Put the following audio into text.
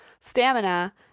stamina